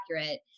accurate